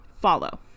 follow